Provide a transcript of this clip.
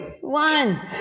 one